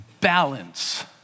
balance